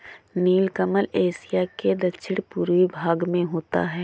नीलकमल Asia के दक्षिण पूर्वी भाग में होता है